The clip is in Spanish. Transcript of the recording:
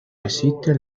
existe